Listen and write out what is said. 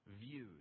views